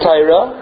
Tyra